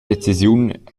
decisiun